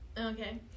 Okay